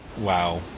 Wow